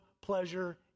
pleasure